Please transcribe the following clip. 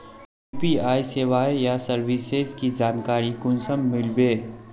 UPI सेवाएँ या services की जानकारी कुंसम मिलबे?